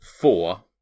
Four